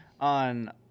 on